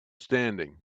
standing